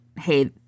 hey